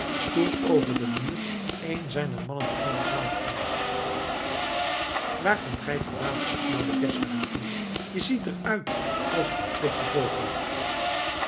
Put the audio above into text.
toen over den muur een zijner mannen kwam klauteren waar kom jij van daan snauwde geszler hem toe je ziet er uit als een geplukte vogel